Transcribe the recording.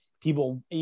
people